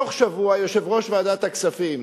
תוך שבוע יושב-ראש ועדת הכספים